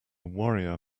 warrior